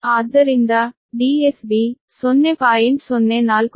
ಆದ್ದರಿಂದ DSB 0